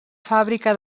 fàbrica